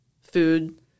food